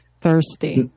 Thirsty